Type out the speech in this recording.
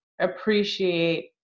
appreciate